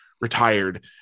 retired